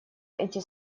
эти